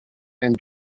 and